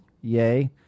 Yay